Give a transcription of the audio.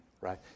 right